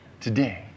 Today